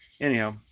Anyhow